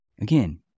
Again